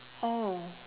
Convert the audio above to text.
oh